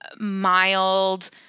mild